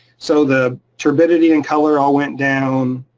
so the turbidity and color all went down.